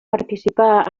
participar